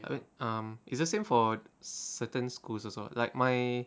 a~ um is the same for certain schools also like my